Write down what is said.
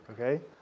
okay